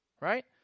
right